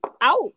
out